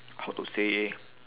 how to say